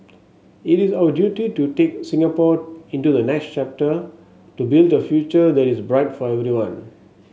it is our duty to take Singapore into the next chapter to build a future that is bright for everyone